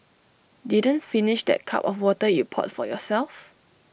didn't finish that cup of water you poured for yourself